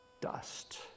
dust